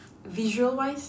visual wise